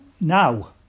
Now